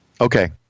Okay